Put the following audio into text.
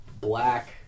black